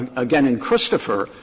um again in christopher,